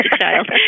child